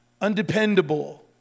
undependable